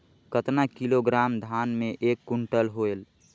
कतना किलोग्राम धान मे एक कुंटल होयल?